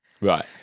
right